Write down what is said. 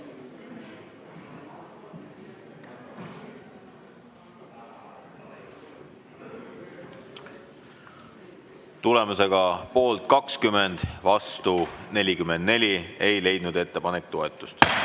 Tulemusega poolt 20 ja vastu 44, ei leidnud ettepanek toetust.